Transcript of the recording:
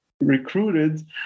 recruited